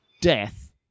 death